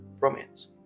romance